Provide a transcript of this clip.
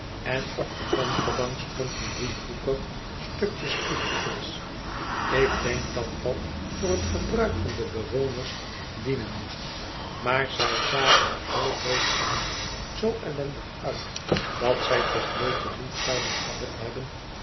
en op de vensterbank stond een driehoekig stukje spiegelglas ik denk dat dat voor het gebruik van de bewoners dienen moest maar zij zagen er zoo doodarm zoo ellendig uit dat zij toch nooit den moed zouden gehad hebben